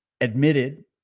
admitted